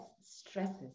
stresses